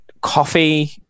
coffee